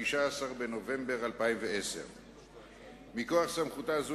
16 בנובמבר 2010. מכוח סמכותה זו,